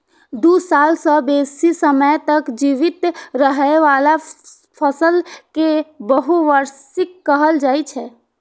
दू साल सं बेसी समय तक जीवित रहै बला फसल कें बहुवार्षिक कहल जाइ छै